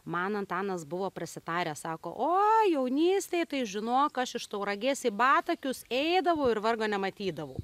man antanas buvo prasitaręs sako o jaunystėj tai žinok aš iš tauragės į batakius eidavau ir vargo nematydavau